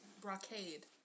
brocade